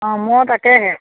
অঁ ময়ো তাকেহে